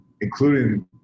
including